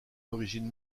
l’origine